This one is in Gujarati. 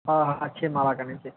હા હા છે મારા કને છે